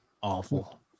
Awful